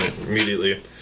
Immediately